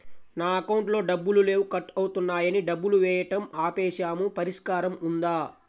నా అకౌంట్లో డబ్బులు లేవు కట్ అవుతున్నాయని డబ్బులు వేయటం ఆపేసాము పరిష్కారం ఉందా?